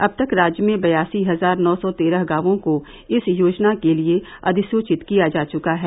अब तक राज्य में बयासी हजार नौ सौ तेरह गांवों को इस योजना के लिए अधिसूचित किया जा चुका है